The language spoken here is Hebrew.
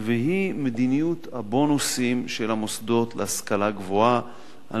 והיא מדיניות הבונוסים של המוסדות להשכלה גבוהה על